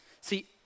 See